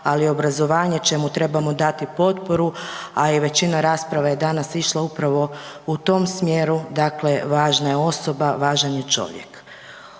ali i obrazovanje čemu trebamo dati potporu, a i većina rasprave je danas išla upravo u tom smjeru, dakle važna je osoba, važan je čovjek.